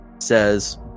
says